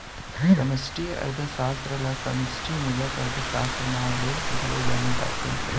समस्टि अर्थसास्त्र ल समस्टि मूलक अर्थसास्त्र, नांव ले घलौ जाने जाथे